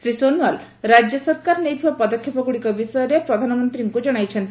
ଶ୍ରୀ ସୋନଓ୍ବାଲ ରାଜ୍ୟ ସରକାର ନେଇଥିବା ପଦକ୍ଷେପଗୁଡ଼ିକ ବିଷୟରେ ପ୍ରଧାନମନ୍ତ୍ରୀଙ୍କୁ ଜଣାଇଛନ୍ତି